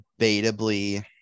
debatably